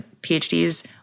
PhDs